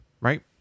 right